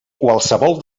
qualsevol